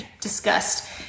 discussed